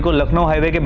lucknow highway